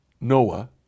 Noah